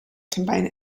combine